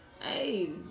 Hey